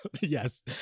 Yes